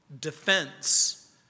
defense